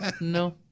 No